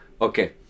Okay